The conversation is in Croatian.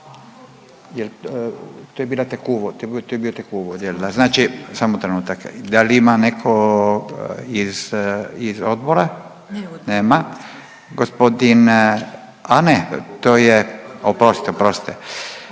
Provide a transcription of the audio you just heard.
To je bio tek uvod, jel da. Znači, samo trenutak. Da li ima netko iz odbora? Nema. Gospodin, a ne. To je, oprostite, oprostite.